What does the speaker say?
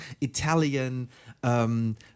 Italian